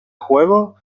juego